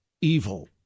evil